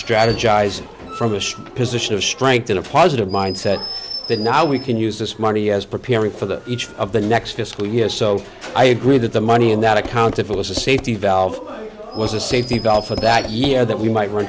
strategize from a position of strength in a positive mindset that now we can use this money as preparing for the each of the next fiscal year so i agree that the money in that account if it was a safety valve was a safety valve for that year that we might run